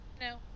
no